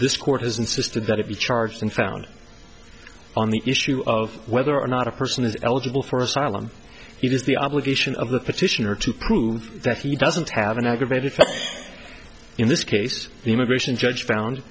this court has insisted that if you're charged and found on the issue of whether or not a person is eligible for asylum it is the obligation of the petitioner to prove that he doesn't have an aggravated in this case the immigration judge found